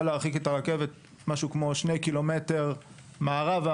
להרחיק את הרכבת משהו כמו שני קילומטרים מערבה,